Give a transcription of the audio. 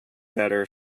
better